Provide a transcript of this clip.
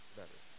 better